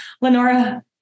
Lenora